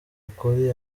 ukuri